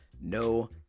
no